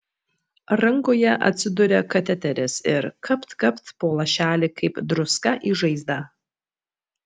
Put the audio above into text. rankoje atsiduria kateteris ir kapt kapt po lašelį kaip druska į žaizdą